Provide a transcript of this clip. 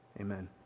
Amen